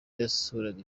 yasuraga